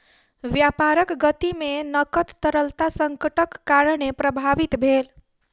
व्यापारक गति में नकद तरलता संकटक कारणेँ प्रभावित भेल